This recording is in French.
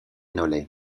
nolay